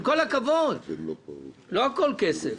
עם כל הכבוד, לא הכול כסף.